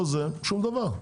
שום דבר.